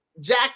Jack